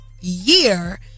year